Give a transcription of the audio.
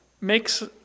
makes